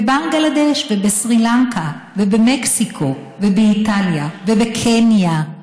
בבנגלדש ובסרילנקה ובמקסיקו ובאיטליה ובקניה,